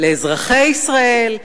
לאזרחי ישראל,